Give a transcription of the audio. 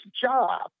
job